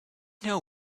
know